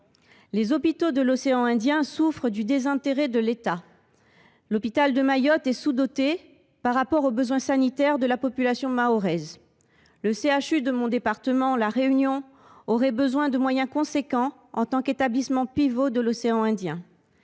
Les hôpitaux de l’océan Indien souffrent du désintérêt de l’État. L’hôpital de Mayotte est sous doté par rapport aux besoins sanitaires de la population mahoraise. Le CHU de mon département, La Réunion, aurait besoin de moyens importants en tant qu’établissement pivot de l’océan Indien.